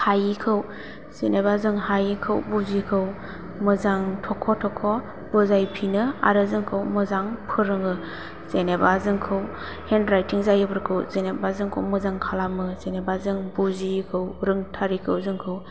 हायैखौ जेन'बा जों हायैखौ बुजियैखौ मोजां थख' थख' बुजायफिनोआरो जोंखौ मोजां फोरोङो जेन'बा जोंखौ हेन्द रायथिं जायैफोरखौ जेनोबा जोंखौ मोजां खालामो जेन'बा जों बुजियैखौ रोंथारैखौ जोंखौ